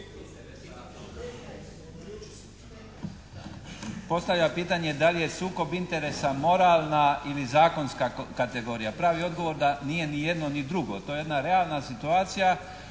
postavlja pitanje da li je sukob interesa moralna ili zakonska kategorija. Pravi odgovor da nije ni jedno ni drugo, to je jedna realna situacija